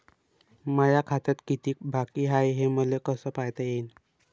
माया खात्यात कितीक बाकी हाय, हे मले कस पायता येईन?